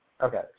Okay